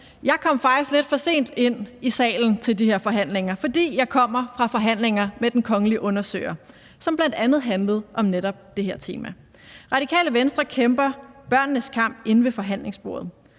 Jeg kom faktisk lidt for sent ind i salen til de her forhandlinger, fordi jeg kommer fra forhandlinger med den kongelige undersøger, som bl.a. handlede om netop det her tema. Radikale Venstre kæmper børnenes kamp inde ved forhandlingsbordet.